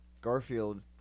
Garfield